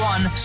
One